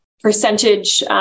percentage